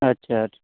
अच्छा अच्छा